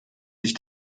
sich